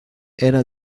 era